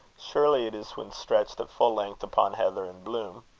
surely it is when stretched at full length upon heather in bloom.